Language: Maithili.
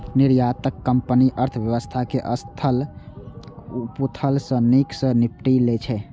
निर्यातक कंपनी अर्थव्यवस्थाक उथल पुथल सं नीक सं निपटि लै छै